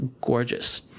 gorgeous